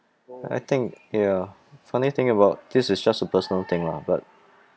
I think ya funny thing about this is just a personal thing lah but